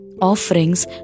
offerings